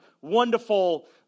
wonderful